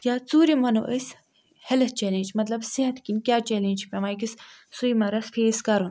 یا ژوٗرِم وَنو أسۍ ہیٚلتھ چیٚلینٛج مطلب صحت کِنۍ کیٛاہ چیٚلینٛج چھُ پٮ۪وان أکِس سویمَرَس فیس کَرُن